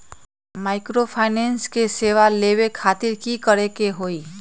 Microfinance के सेवा लेबे खातीर की करे के होई?